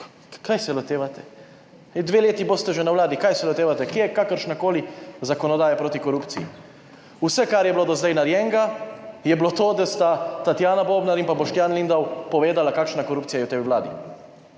kaj se lotevate. Dve leti boste že na Vladi, kaj se lotevate. Kje je kakršnakoli zakonodaja proti korupciji? Vse kar je bilo do zdaj narejenega je bilo to, da sta Tatjana Bobnar in Boštjan Lindav povedala kakšna korupcija je v tej Vladi,